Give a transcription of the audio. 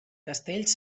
castells